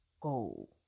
go